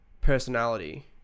personality